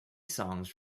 songs